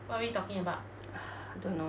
I don't know japan lor